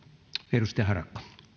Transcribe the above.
arvoisa